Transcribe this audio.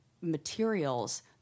materials